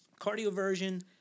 cardioversion